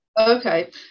Okay